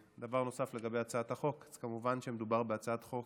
לגבי הצעת החוק, כמובן, מדובר בהצעת חוק